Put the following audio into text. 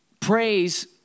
Praise